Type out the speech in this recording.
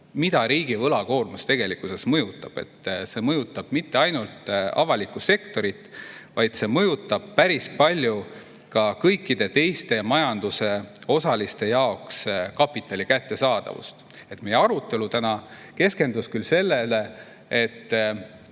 mida riigi võlakoormus tegelikkuses mõjutab. See ei mõjuta mitte ainult avalikku sektorit, vaid see mõjutab päris palju ka kõikide teiste majanduse osaliste jaoks kapitali kättesaadavust. Meie arutelu täna keskendus küll sellele,